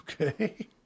Okay